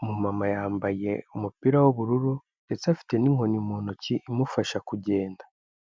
umumama yambaye umupira w'ubururu ndetse afite n'inkoni mu ntoki imufasha kugenda.